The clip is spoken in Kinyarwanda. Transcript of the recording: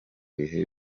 bihe